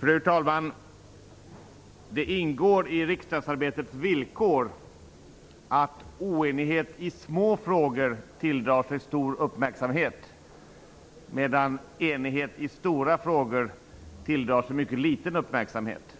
Fru talman! Det ingår i riksdagsarbetets villkor att oenighet i små frågor tilldrar sig stor uppmärksamhet medan enighet i stora frågor tilldrar sig mycket liten uppmärksamhet.